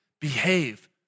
behave